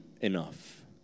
enough